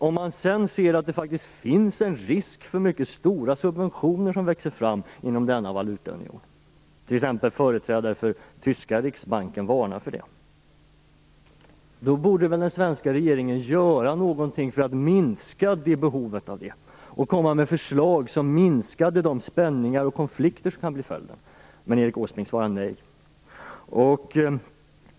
Om man sedan ser att det faktiskt finns en risk för att mycket stora subventioner växer fram inom denna valutaunion - t.ex. den tyska riksbanken varnar för detta - borde väl den svenska regeringen göra någonting för att minska behovet av subventioner och komma med förslag som minskar de spänningar och konflikter som kan bli följden. Men Erik Åsbrink svarar nej.